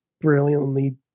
brilliantly